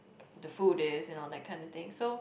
the food is you know that kind of thing so